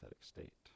state